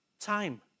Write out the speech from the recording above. time